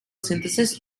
synthesis